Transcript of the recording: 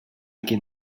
get